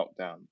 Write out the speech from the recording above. lockdown